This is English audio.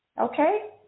Okay